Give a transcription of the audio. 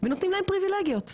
ונותנים להם פריבילגיות,